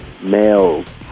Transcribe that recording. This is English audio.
males